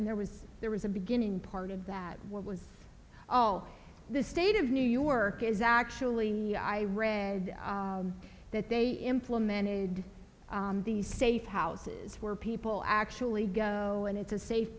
and there was there was a beginning part of that what was all the state of new york is actually i read that they implemented these safe houses where people actually go and it's a safe